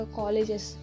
colleges